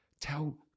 Tell